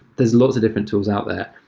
there are lots of different tools out there.